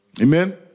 amen